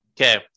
Okay